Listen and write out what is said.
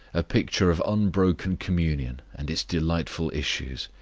a picture of unbroken communion and its delightful issues.